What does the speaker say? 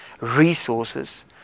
resources